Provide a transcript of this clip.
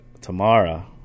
tamara